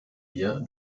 wir